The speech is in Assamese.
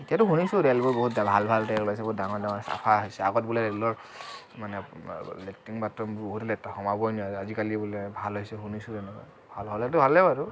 সেইটো শুনিছোঁ ৰেলবোৰ বহুত ভাল ভাল ৰেল ওলাইছে বহুত ডাঙৰ ডাঙৰ চাফা হৈছে আগত বোলে ৰেলৰ মানে আপোনাৰ লেট্ৰিন বাথৰুমবোৰ বহুত লেতেৰা সোমাবই নোৱাৰি আজিকালি বোলে ভাল হৈছে শুনিছোঁ এনেকুৱা ভাল হ'লেতো ভালেই বাৰু